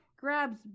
grabs